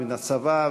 מהצבא,